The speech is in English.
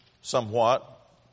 somewhat